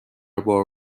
بار